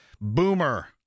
Boomer